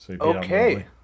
Okay